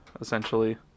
essentially